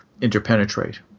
Interpenetrate